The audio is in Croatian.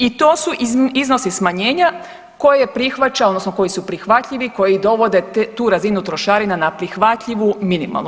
I to su iznosi smanjenja koje prihvaća, odnosno koji su prihvatljivi, koji dovode tu razinu trošarina na prihvatljivu minimalnu.